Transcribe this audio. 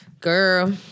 girl